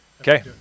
Okay